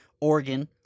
Oregon